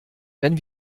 wenn